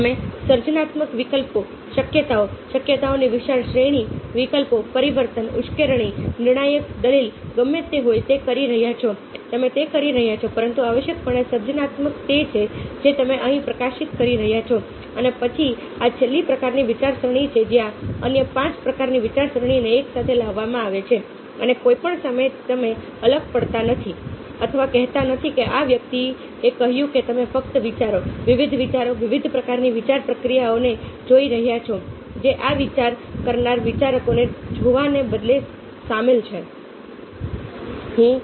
તમે સર્જનાત્મક વિકલ્પો શક્યતાઓ શક્યતાઓની વિશાળ શ્રેણી વિકલ્પો પરિવર્તન ઉશ્કેરણી નિર્ણાયક દલીલ ગમે તે હોય તે કરી રહ્યા છો તમે તે કરી રહ્યા છો પરંતુ આવશ્યકપણે સર્જનાત્મક તે છે જે તમે અહીં પ્રકાશિત કરી રહ્યાં છો અને પછી આ છેલ્લી પ્રકારની વિચારસરણી છે જ્યાં અન્ય પાંચ પ્રકારની વિચારસરણીને એકસાથે લાવવામાં આવે છે અને કોઈ પણ સમયે તમે અલગ પાડતા નથી અથવા કહેતા નથી કે આ વ્યક્તિએ કહ્યું કે તમે ફક્ત વિચારો વિવિધ વિચારો વિવિધ પ્રકારની વિચાર પ્રક્રિયાઓને જોઈ રહ્યા છો જે આ વિચાર કરનારા વિચારકોને જોવાને બદલે સામેલ છે